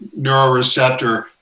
neuroreceptor